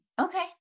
Okay